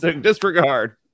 Disregard